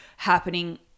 happening